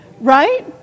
Right